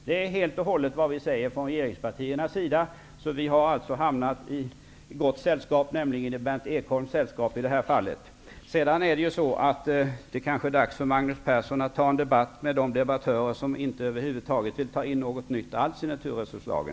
Det är helt och hållet vad vi säger från regeringspartiernas sida. Vi har alltså hamnat i gott sällskap, i detta fall i Berndt Ekholms sällskap. Det kanske är dags för Magnus Persson att föra en debatt med de debattörer som över huvud taget inte vill ta in någonting nytt alls i naturresurslagen.